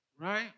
Right